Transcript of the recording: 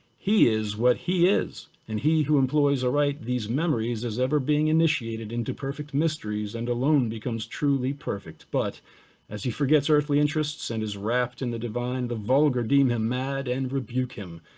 he is what he is, and he who employs aright these memories as ever being initiated into perfect mysteries and alone becomes truly perfect, but as he forgets earthly interests and is wrapped in the divine, the vulgar deem him mad and rebuke him,